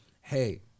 hey